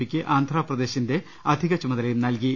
പിക്ക് ആന്ധ്രാപ്രദേശിന്റെ അധികചുമതലയും നൽകി